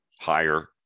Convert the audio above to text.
higher